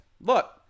look